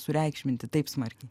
sureikšminti taip smarkiai